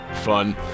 fun